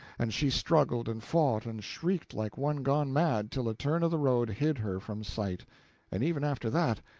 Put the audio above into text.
and she struggled and fought and shrieked like one gone mad till a turn of the road hid her from sight and even after that,